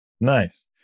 Nice